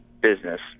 business